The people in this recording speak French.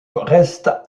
reste